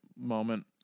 moment